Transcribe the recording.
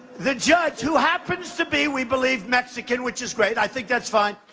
the judge who happens to be, we believe, mexican, which is great, i think that's fine.